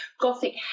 gothic